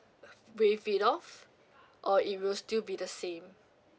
waive it off or it will still be the same